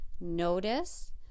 notice